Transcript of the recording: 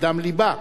מדם לבה,